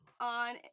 on